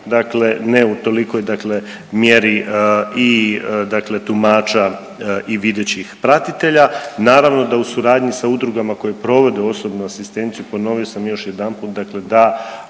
Dakle, ne u tolikoj dakle mjeri i dakle tumača i videćih pratitelja. Naravno da u suradnji sa udrugama koje provode osobnu asistenciju, ponovio sam još jedanput dakle da